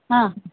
ಹಾಂ